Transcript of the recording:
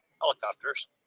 helicopters